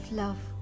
love।